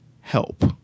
help